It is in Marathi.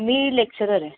मी लेक्चर आहे